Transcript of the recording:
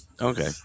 Okay